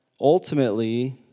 ultimately